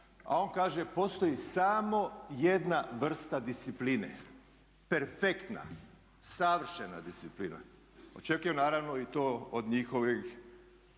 a on kaže: "Postoji samo jedna vrsta discipline perfektna, savršena disciplina." Očekujem naravno i to od njihovih